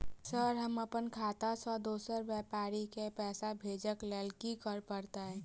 Sir हम अप्पन खाता सऽ दोसर व्यापारी केँ पैसा भेजक लेल की करऽ पड़तै?